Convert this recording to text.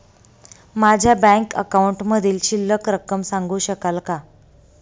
माझ्या बँक अकाउंटमधील शिल्लक रक्कम सांगू शकाल का?